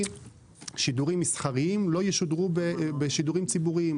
שידורים מסחריים לא ישודרו בשידורים ציבוריים.